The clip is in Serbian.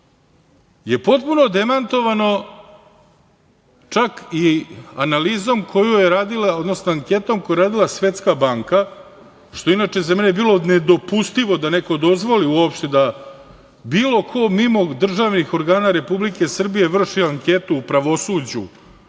je potpuno demantovano čak i analizom, odnosno anketom koju je radila Svetska banka, što je inače za mene bilo nedopustivo da neko dozvoli uopšte da bilo ko mimo državnih organa Republike Srbije vrši anketu u pravosuđu